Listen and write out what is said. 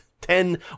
ten